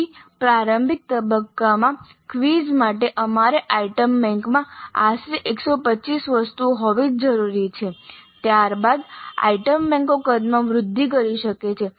તેથી પ્રારંભિક તબક્કામાં ક્વિઝ માટે અમારે આઇટમ બેંકમાં આશરે 125 વસ્તુઓ હોવી જરૂરી છે ત્યારબાદ આઇટમ બેન્કો કદમાં વૃદ્ધિ કરી શકે છે